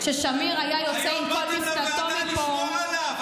כששמיר היה יוצא עם כל מפלגתו מפה --- היום באתם לוועדה לשמור עליו.